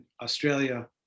Australia